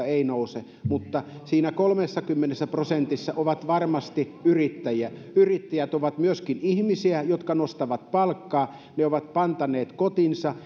ei nouse siinä kolmessakymmenessä prosentissa on varmasti yrittäjiä yrittäjät ovat myöskin ihmisiä jotka nostavat palkkaa he ovat pantanneet kotinsa